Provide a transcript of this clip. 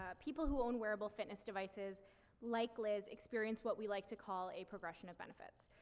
ah people who own wearable fitness devices like liz experience what we like to call a progression of benefits.